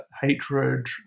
hatred